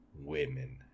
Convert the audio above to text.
women